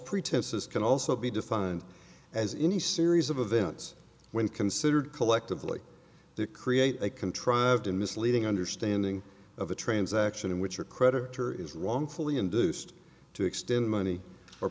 pretenses can also be defined as any series of events when considered collectively to create a contrived and misleading understanding of the transaction in which a creditor is wrongfully induced to extend money